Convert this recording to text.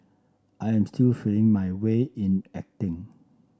I am still feeling my way in acting